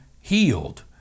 healed